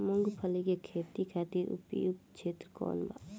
मूँगफली के खेती खातिर उपयुक्त क्षेत्र कौन वा?